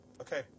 okay